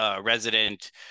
resident